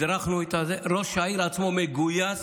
הדרכנו, ראש העיר עצמו מגויס,